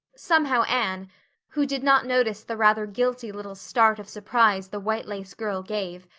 somehow anne who did not notice the rather guilty little start of surprise the white-lace girl gave,